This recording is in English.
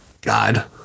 God